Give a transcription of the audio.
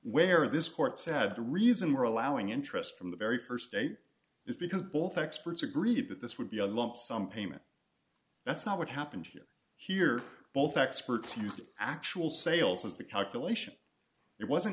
where this court said the reason we're allowing interest from the very st date is because both experts agreed that this would be a lump sum payment that's not what happened here both experts used actual sales as the calculation it wasn't